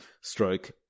stroke